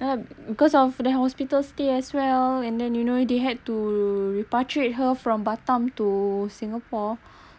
uh because of the hospital stay as well and then you know they had to repatriate her from batam to singapore